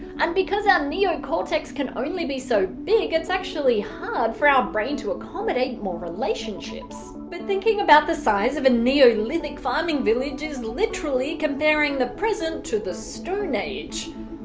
and because our neocortex can only be so big, it's actually hard for our brain to accommodate more relationships. but thinking about the size of a neolithic farming village is literally comparing the present to the stone age.